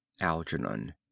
algernon